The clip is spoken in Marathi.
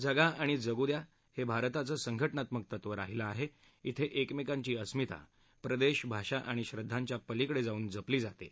जगा आणि जगू द्या हे भारताचं संघटनात्मक तत्व राहीलं आहे इथे एकमेकांची अस्मिता प्रदेश भाषा आणि श्रद्धांच्या पलिकडे जाऊन जपली जाते